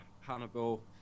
Hannibal